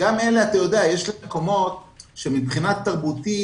יש מקומות שמבחינה תרבותית,